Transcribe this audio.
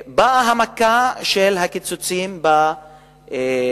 באה המכה של הקיצוצים בתקציבים